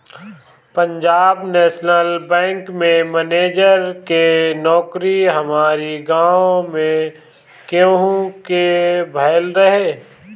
Punjab national bank में manager के नोकरी हमारी गांव में केहू के भयल रहे